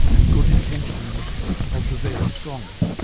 and good intentions of the very strong.